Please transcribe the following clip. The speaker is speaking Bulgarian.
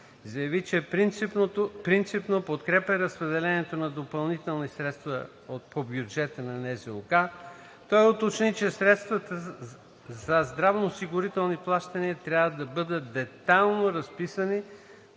заяви, че принципно подкрепя разпределението на допълнителни средства по бюджета на НЗОК. Той уточни, че средствата за здравноосигурителни плащания трябва да бъдат детайлно разписани